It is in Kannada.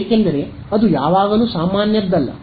ಏಕೆಂದರೆ ಅದು ಯಾವಾಗಲೂ ಸಾಮಾನ್ಯದ್ದಲ್ಲ